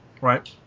right